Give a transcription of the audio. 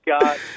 God